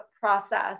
process